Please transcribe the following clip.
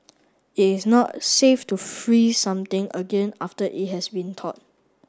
it is not safe to freeze something again after it has been thawed